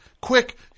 quick